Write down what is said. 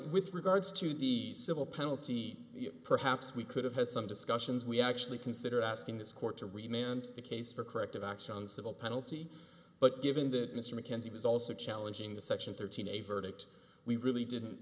with regards to the civil penalty perhaps we could have had some discussions we actually considered asking this court to remain and the case for corrective action on civil penalty but given that mr mckenzie was also challenging the section thirteen a verdict we really didn't